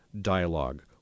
dialogue